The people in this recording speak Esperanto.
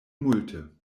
multe